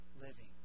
living